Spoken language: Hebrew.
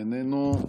איננו.